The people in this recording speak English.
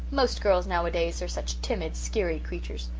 most girls nowadays are such timid, skeery creeturs.